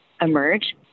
emerge